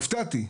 הופתעתי.